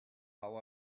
how